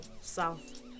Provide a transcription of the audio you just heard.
south